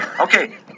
Okay